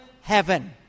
heaven